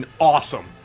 awesome